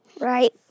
Right